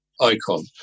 icon